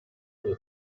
many